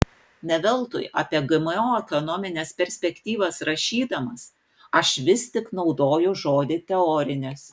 ne veltui apie gmo ekonomines perspektyvas rašydamas aš vis tik naudoju žodį teorinės